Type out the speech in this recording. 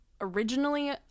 originally